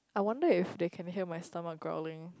I wonder if they can hear my stomach growling